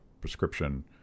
prescription